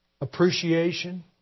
appreciation